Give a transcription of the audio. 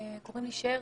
קוראים לי שר